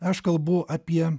aš kalbu apie